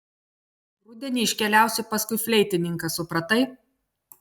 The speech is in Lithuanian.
rudenį iškeliausi paskui fleitininką supratai